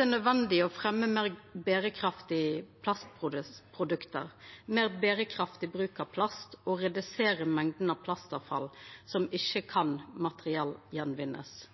er nødvendig å fremja meir berekraftige plastprodukt, meir berekraftig bruk av plast og redusera mengda av plastavfall som ikkje kan materialgjenvinnast.